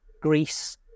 Greece